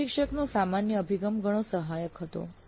પ્રશિક્ષકનો સામાન્ય અભિગમ ઘણું સહાયક હતું